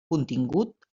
contingut